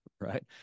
right